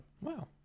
Wow